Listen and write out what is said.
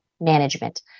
management